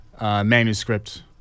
manuscript